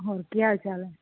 ਹੋਰ ਕੀ ਹਾਲ ਚਾਲ ਆ